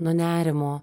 nuo nerimo